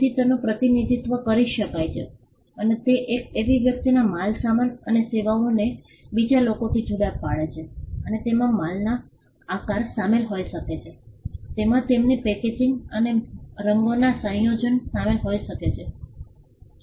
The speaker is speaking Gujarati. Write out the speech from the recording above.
તેથી તેનું પ્રતિનિધિત્વ કરી શકાય છે અને તે એક વ્યક્તિના માલસામાન અને સેવાઓને બીજા લોકોથી જુદા પાડે છે અને તેમાં માલના આકાર શામેલ હોઈ શકે છે તેમાં તેમની પેકેજિંગ અને રંગોનો સંયોજન શામેલ હોઈ શકે છે